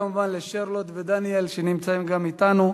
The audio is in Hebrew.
ותודה כמובן לשרלוט ולדניאל, שנמצאים גם אתנו.